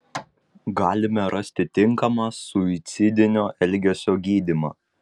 galime rasti tinkamą suicidinio elgesio gydymą